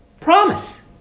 Promise